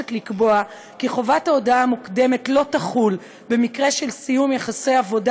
מבקשת לקבוע כי חובת ההודעה המוקדמת לא תחול במקרה של סיום יחסי עבודה